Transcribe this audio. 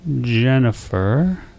Jennifer